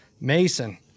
Mason